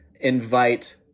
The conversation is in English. invite